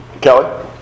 Kelly